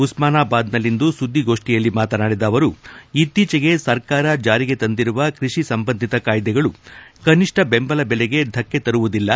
ಉಸ್ಸನಾಬಾದ್ನಲ್ಲಿಂದು ಸುದ್ನಿಗೋಷ್ಟಿಯಲ್ಲಿ ಮಾತನಾಡಿದ ಅವರು ಇತ್ತೀಚೆಗೆ ಸರ್ಕಾರ ಜಾರಿಗೆ ತಂದಿರುವ ಕೃಷಿ ಸಂಬಂಧಿತ ಕಾಯ್ಲೆಗಳು ರೈತರ ಕನಿಷ್ಟ ಬೆಂಬಲ ಬೆಲೆಗೆ ಧಕ್ಷೆ ತರುವುದಿಲ್ಲ